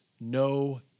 no